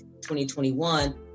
2021